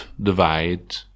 divide